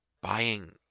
buying